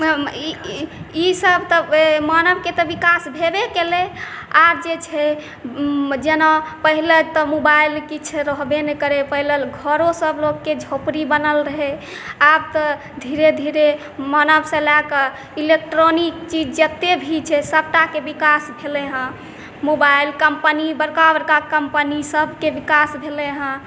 ई सभ तऽ मानवके तऽ विकास भेबे केलै आब जे छै जेना पहिले तऽ मोबाइल किछु रहबे नहि करै पहिले घरो सभ लोकके झोपड़ी बनल रहै आब तऽ धीरे धीरे मानव से लऽ कऽ इलेक्ट्रॉनिक चीज जते भी छै सभटाके विकास भेलै हँ मोबाईल कम्पनी बड़का बड़का कम्पनी सभकेँ विकास भेलै हँ